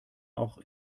auch